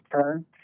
turn